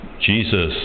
Jesus